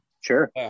sure